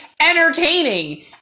entertaining